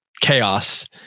chaos